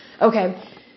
Okay